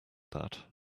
that